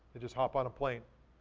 they just hop on a plane.